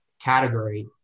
category